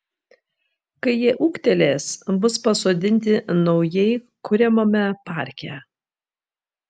kai jie ūgtelės bus pasodinti naujai kuriamame parke